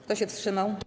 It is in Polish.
Kto się wstrzymał?